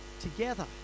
together